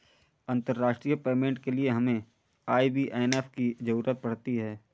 अंतर्राष्ट्रीय पेमेंट के लिए हमें आई.बी.ए.एन की ज़रूरत पड़ती है